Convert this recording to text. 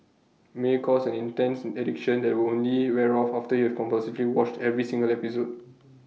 may cause an intense addiction that will only wear off after you have compulsively watched every single episode